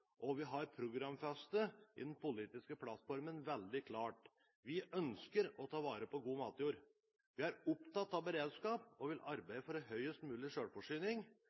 Vi har programfestet i den politiske plattformen veldig klart at vi ønsker å ta vare på god matjord. Vi er opptatt av beredskap og vil arbeide for høyest mulig